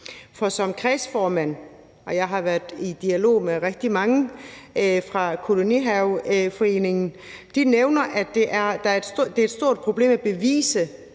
Som kredsformand har jeg været i dialog med rigtig mange fra kolonihaveforeninger, og de nævner, at det er et stort problem at bevise,